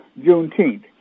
Juneteenth